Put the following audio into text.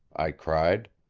i cried.